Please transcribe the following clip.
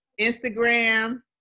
Instagram